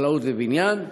חקלאות ובניין?